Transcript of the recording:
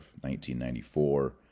1994